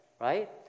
right